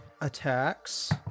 attacks